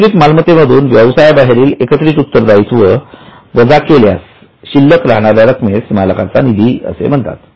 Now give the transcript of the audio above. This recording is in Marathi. एकत्रित मालमत्ते मधून व्यवसायाबाहेरील एकत्रित उत्तर दायित्व वजा केल्यास शिल्लक राहणाऱ्या रक्कमेस मालकाचा निधी असे म्हणतात